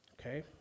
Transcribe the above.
okay